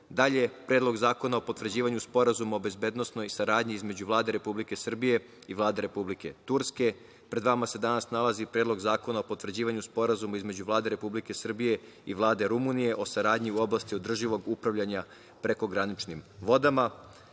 Dalje, Predlog zakona o potvrđivanju Sporazuma o bezbednosnoj saradnji između Vlade Republike Srbije i Vlade Republike Turske. Pred vama se danas nalazi Predlog zakona o potvrđivanju Sporazuma između Vlade Republike Srbije i Vlade Rumunije o saradnji u oblasti održivog upravljanja prekograničnim vodama,